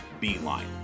Beeline